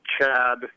Chad